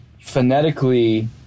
phonetically